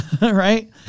Right